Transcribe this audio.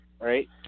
right